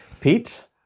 Pete